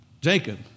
Jacob